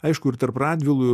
aišku ir tarp radvilų